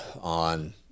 on